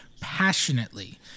passionately